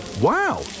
Wow